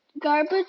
garbage